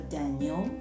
Daniel